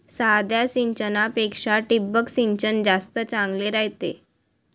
साध्या सिंचनापेक्षा ठिबक सिंचन जास्त चांगले रायते